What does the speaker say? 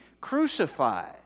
crucified